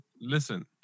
Listen